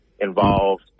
involved